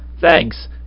Thanks